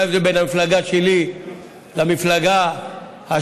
מה הבדל בין המפלגה שלי למפלגה השנייה,